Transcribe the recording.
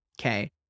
Okay